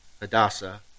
Hadassah